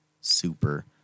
super